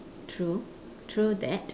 true true that